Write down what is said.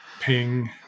Ping –